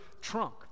trunk